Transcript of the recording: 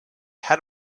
had